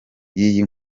y’iyi